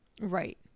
Right